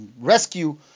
rescue